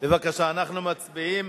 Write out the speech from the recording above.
בבקשה, אנחנו מצביעים